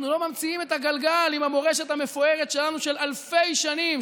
אנחנו לא ממציאים את הגלגל עם המורשת המפוארת שלנו של אלפי שנים.